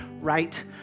right